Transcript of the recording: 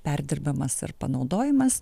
perdirbamas ar panaudojimas